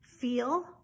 feel